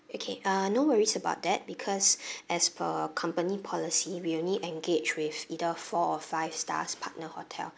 okay uh no worries about that because as per company policy we only engage with either four or five stars partner hotel